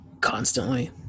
constantly